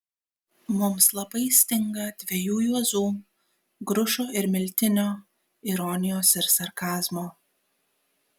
mums labai stinga dviejų juozų grušo ir miltinio ironijos ir sarkazmo